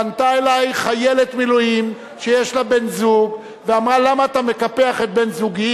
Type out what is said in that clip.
פנתה אלי חיילת מילואים שיש לה בן-זוג ואמרה: למה אתה מקפח את בן-זוגי?